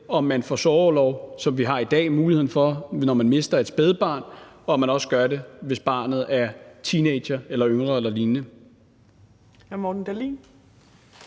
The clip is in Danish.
for sorgorlov, som man har i dag, når man mister et spædbarn, også gælder, hvis barnet er teenager eller yngre eller lignende.